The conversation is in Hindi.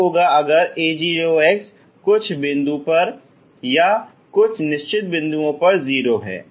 क्या होगा अगर a0 कुछ बिंदु पर या कुछ निश्चित बिंदुओं पर 0 है